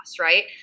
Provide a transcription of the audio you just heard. right